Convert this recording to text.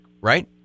right